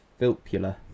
Filpula